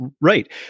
Right